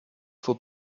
faut